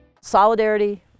Solidarity